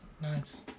Nice